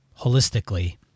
holistically